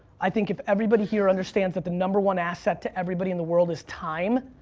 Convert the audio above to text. i think if everybody here understands that the number one asset to everybody in the world is time,